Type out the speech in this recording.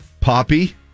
Poppy